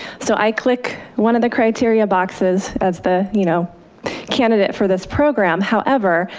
so i click one of the criteria boxes as the you know candidate for this program. however,